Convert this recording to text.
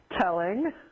telling